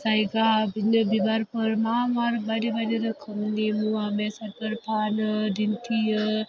जायगा बिदिनो बिबारफोर मा मा बायदि बायदि रोखोमनि मुवा बेसादफोर फानो दिन्थियो